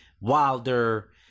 Wilder